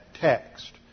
text